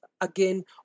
again